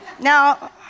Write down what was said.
Now